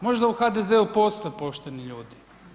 Možda u HDZ-u postoje pošteni ljudi?